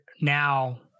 now